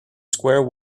square